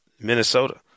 Minnesota